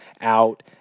out